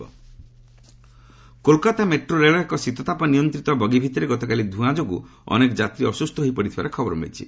Kolkata metro Kolkata metro ରେଳର ଏକ ଶୀତତାପ ନିୟନ୍ତ୍ରିତ ବଗି ଭିତରେ ଗତକାଲି ଧ୍ରଆଁ ଯୋଗୁ ଅନେକ ଯାତ୍ରୀ ଅସ୍କୁସ୍ଥ ହୋଇ ପଡ଼ିଥିବାର ଖବର ମିଳିଛି